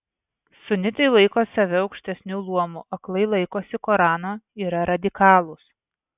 sunitai laiko save aukštesniu luomu aklai laikosi korano yra radikalūs